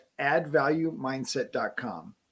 addvaluemindset.com